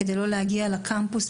כדי לא להגיע לקמפוס,